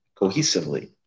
cohesively